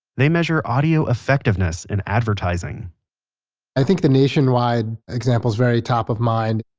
they measure audio effectiveness in advertising i think the nationwide example is very top of mind,